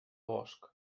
bosc